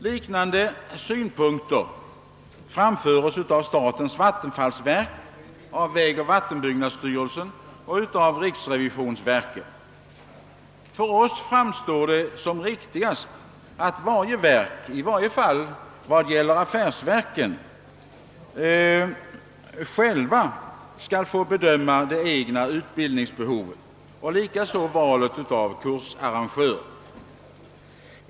Liknande synpunkter framföres av statens vattenfallsverk, av vägoch vattenbyggnadsstyrelsen och av riksrevisionsverket. För oss framstår det som riktigast att varje verk — i varje fall gäller detta affärsverken — skall få bedöma det egna utbildningsbehovet och likaså valet av kursarrangör.